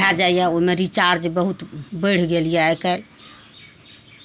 भए जाइए ओहिमे रिचार्ज बहुत बढ़ि गेल यए आइ काल्हि